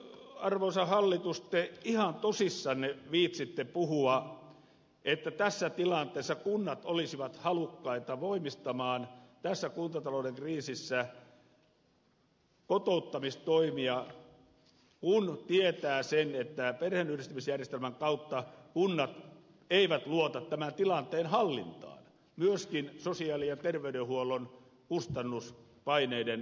miten arvoisa hallitus te ihan tosissanne viitsitte puhua että tässä tilanteessa tässä kuntatalouden kriisissä kunnat olisivat halukkaita voimistamaan kotouttamistoimia kun tietää sen että perheenyhdistämisjärjestelmän kautta kunnat eivät luota tämän tilanteen hallintaan myöskään sosiaali ja terveydenhuollon kustannuspaineiden kasvun suhteen